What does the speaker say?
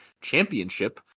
championship